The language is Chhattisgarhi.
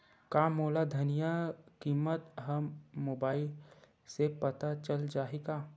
का मोला धनिया किमत ह मुबाइल से पता चल जाही का?